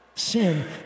Sin